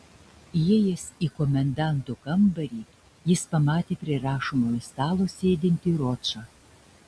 įėjęs į komendanto kambarį jis pamatė prie rašomojo stalo sėdintį ročą